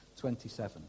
27